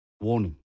Warning